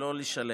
לא לשלם,